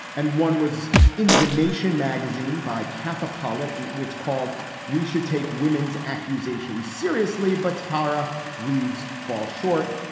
and one was in the nation magazine by katha pollitt, and which called we should take women's accusations seriously. but tara reid's fall short.